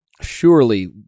Surely